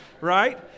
right